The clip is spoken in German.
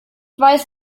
weiß